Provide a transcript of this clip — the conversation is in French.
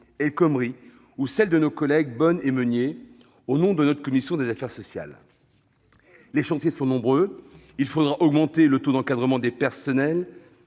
El Khomri ou celles de nos collègues Bonne et Meunier au nom de notre commission des affaires sociales. Les chantiers sont nombreux : il faudra augmenter le taux d'encadrement des personnes